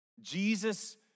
Jesus